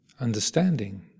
understanding